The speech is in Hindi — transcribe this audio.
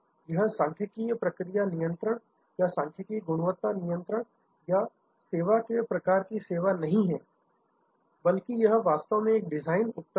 यह सांख्यिकीय प्रक्रिया नियंत्रण या सांख्यिकीय गुणवत्ता नियंत्रण या सेवा के प्रकार की सेवा नहीं है बल्कि यह वास्तव में एक डिजाइन उपकरण है